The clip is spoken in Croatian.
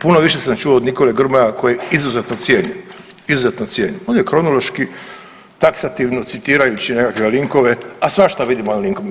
Puno više sam čuo od Nikole Grmoja koji izuzetno cijenim, izuzetno cijenim, on je kronološki, taksativno citirajući nekakve linkove, a svašta vidimo ovim linkom.